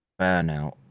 burnout